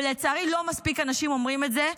ולצערי לא מספיק אנשים אומרים את זה,